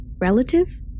relative